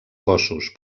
cossos